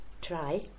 try